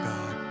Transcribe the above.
God